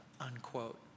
unquote